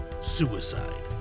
suicide